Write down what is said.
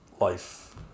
life